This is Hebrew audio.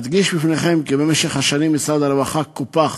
אדגיש בפניכם כי במשך השנים משרד הרווחה קופח